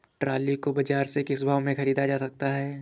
Trolley को बाजार से किस भाव में ख़रीदा जा सकता है?